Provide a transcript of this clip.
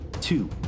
two